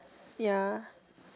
ya